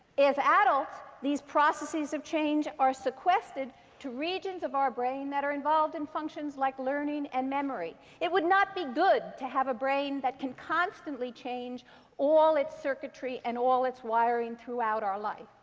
adults, these processes of change are sequestered to regions of our brain that are involved in functions like learning and memory. it would not be good to have a brain that can constantly change all its circuitry and all its wiring throughout our life.